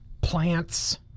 Plants